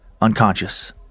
unconscious